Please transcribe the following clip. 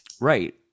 Right